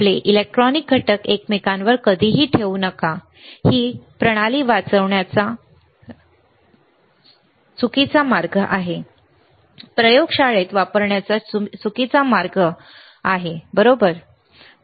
आपले इलेक्ट्रॉनिक घटक एकमेकांवर कधीही ठेवू नका ही प्रणाली चालवण्याचा चुकीचा मार्ग आहे प्रयोगशाळेत वापरण्याचा चुकीचा मार्ग आहे बरोबर